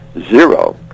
zero